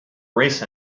race